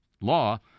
law